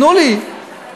תנו לי.